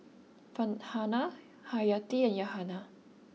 Farhanah Haryati and Yahaya